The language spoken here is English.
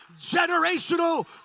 generational